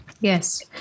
Yes